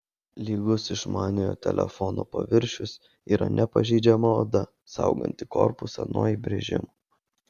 lygus išmaniojo telefono paviršius yra nepažeidžiama oda sauganti korpusą nuo įbrėžimų